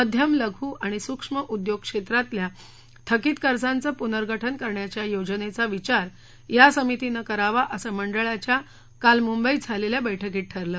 मध्यम लघु आणि सूक्ष्म उद्योग क्षेत्रातल्या थकित कर्जांचं पुनर्गठन करण्याच्या योजनेचा विचार या समितीनं करावा असं मंडळाच्या काल मुंबईत झालेल्या बळकीत ठरलं